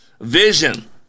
Vision